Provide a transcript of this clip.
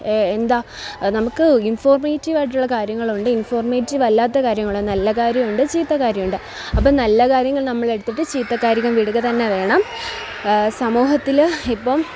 എന്താണ് നമുക്ക് ഇൻഫോമേറ്റീവ് ആയിട്ടുള്ള കാര്യങ്ങൾ ഉണ്ട് ഇൻഫോർമേറ്റീവ് അല്ലാത്ത കാര്യങ്ങളും നല്ല കാര്യവുമുണ്ട് ചീത്ത കാര്യവുമുണ്ട് അപ്പം നല്ല കാര്യങ്ങൾ നമ്മൾ എടുത്തിട്ട് ചീത്ത കാര്യങ്ങൾ വിടുക തന്നെ വേണം സമൂഹത്തിൽ ഇപ്പം